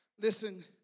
Listen